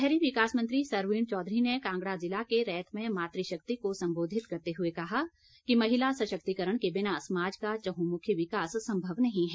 शहरी विकास मंत्री सरवीण चौधरी ने कांगड़ा ज़िला के रैत में मातृशक्ति को संबोधित करते हुए कहा कि महिला सशक्तिकरण के बिना समाज का चहुंमुखी विकास संभव नहीं है